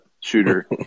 shooter